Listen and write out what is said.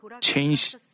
change